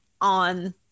on